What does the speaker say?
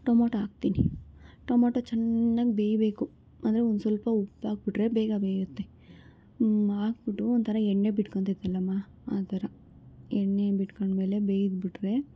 tomato ಹಾಕ್ತೀನಿ tomato ಚೆನ್ನಾಗಿ ಬೇಯಬೇಕು ಅಂದರೆ ಒಂದ್ಸ್ವಲ್ಪ ಉಪ್ಪಾಕ್ಬಿಟ್ರೆ ಬೇಗ ಬೇಯುತ್ತೆ ಹಾಕ್ಬಿಟ್ಟು ಒಂಥರ ಎಣ್ಣೆ ಬಿಟ್ಕೊಳ್ತೈತಲ್ಲಮ್ಮ ಆ ಥರ ಎಣ್ಣೆ ಬಿಟ್ಕೊಂಡ್ಮೇಲೆ ಬೇಯ್ದುಬಿಟ್ರೆ